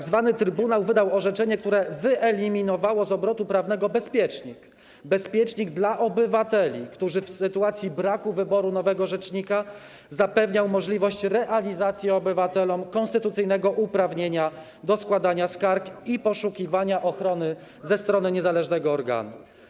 Tzw. trybunał wydał orzeczenie, które wyeliminowało z obrotu prawnego bezpiecznik, bezpiecznik dla obywateli, który w sytuacji braku wyboru nowego rzecznika zapewniał obywatelom możliwość realizacji konstytucyjnego uprawnienia do składania skarg i poszukiwania ochrony ze strony niezależnego organu.